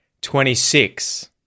twenty-six